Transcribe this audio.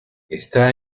está